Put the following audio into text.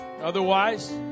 Otherwise